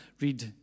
read